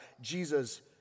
Jesus